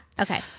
Okay